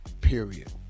period